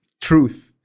truth